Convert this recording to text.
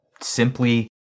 simply